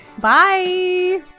Bye